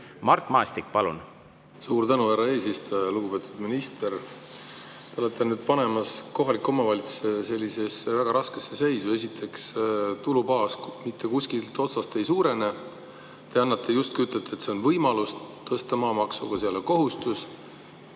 Mart Maastik, palun! Suur tänu, härra eesistuja! Lugupeetud minister! Te olete nüüd panemas kohalikke omavalitsusi sellisesse väga raskesse seisu. Esiteks, tulubaas mitte kuskilt otsast ei suurene. Te justkui ütlete, et see on võimalus tõsta maamaksu, see pole kohustus.